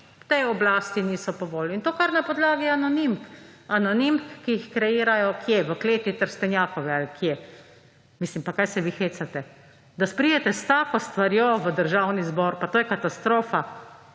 ki tej oblasti niso po volji, in to kar na podlagi anonimk. Anonimk, ki jih kreirajo kje? V kleti Trstenjakove ali kje? Pa kaj se vi hecate, da pridete s tako stvarjo v Državni zbor? Pa to je katastrofa.